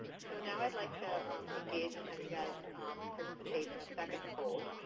so now i would like to engage and have you guys participate in a second poll.